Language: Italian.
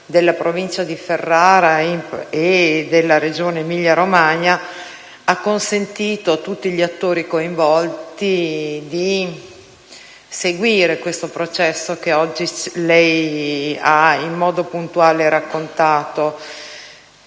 della Provincia di Ferrara e della Regione Emilia-Romagna hanno consentito a tutti gli attori coinvolti di seguire il processo che oggi lei ha in modo puntuale riportato